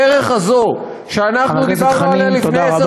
הדרך הזאת שאנחנו דיברנו עליה לפני עשר